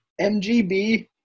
mgb